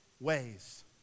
Ways